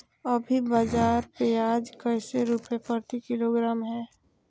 अभी बाजार प्याज कैसे रुपए प्रति किलोग्राम है?